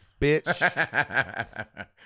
bitch